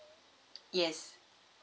yes